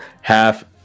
half